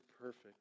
perfect